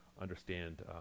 understand